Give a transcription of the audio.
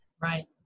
Right